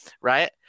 right